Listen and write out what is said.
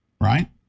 right